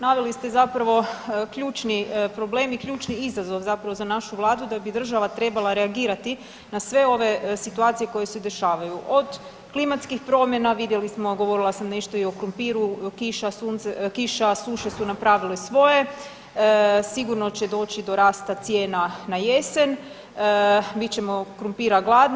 Naveli ste zapravo ključni problem i ključni izazov za našu vladu da bi država trebala reagirati na sve ove situacije koje se dešavaju od klimatskih promjena, vidjeli smo govorila sam nešto i o krumpiru kiša, suše su napravile svoje sigurno će doći do rasta cijena na jesen bit ćemo krumpira gladni.